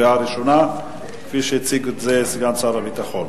כפי שהציג סגן שר הביטחון,